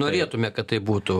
norėtume kad taip būtų